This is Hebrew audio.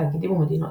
תאגידים ומדינות,